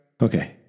Okay